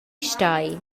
stai